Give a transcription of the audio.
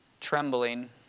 trembling